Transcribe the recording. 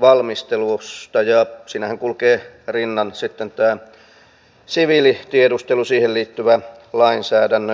valmistelusta ja siinähän kulkee rinnan sitten tämä siviilitiedustelu siihen liittyvä lainsäädäntö